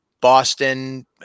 Boston